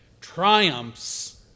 triumphs